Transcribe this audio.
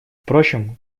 впрочем